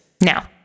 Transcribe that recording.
Now